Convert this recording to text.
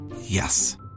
Yes